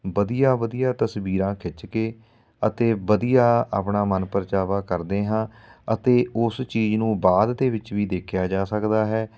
ਵਧੀਆ ਵਧੀਆ ਤਸਵੀਰਾਂ ਖਿੱਚ ਕੇ ਅਤੇ ਵਧੀਆ ਆਪਣਾ ਮਨਪਰਚਾਵਾ ਕਰਦੇ ਹਾਂ ਅਤੇ ਉਸ ਚੀਜ਼ ਨੂੰ ਬਾਅਦ ਦੇ ਵਿੱਚ ਵੀ ਦੇਖਿਆ ਜਾ ਸਕਦਾ ਹੈ